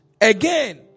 again